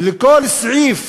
ולכל סעיף